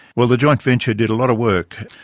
well, the joint-venture did a lot of work,